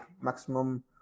maximum